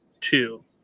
two